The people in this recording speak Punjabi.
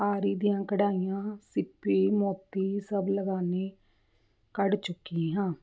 ਆਰੀ ਦੀਆਂ ਕੜਾਈਆਂ ਸਿੱਪੀ ਮੋਤੀ ਸਭ ਲਗਾਨੀ ਕੱਢ ਚੁੱਕੀ ਹਾਂ